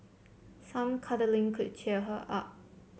some cuddling could cheer her up